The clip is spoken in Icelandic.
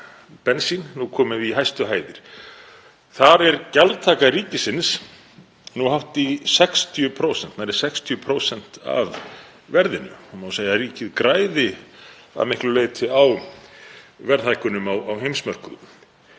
bensín komið í hæstu hæðir. Þar er gjaldtaka ríkisins hátt í 60%, nærri 60% af verðinu. Það má segja að ríkið græði að miklu leyti á verðhækkunum á heimsmörkuðum.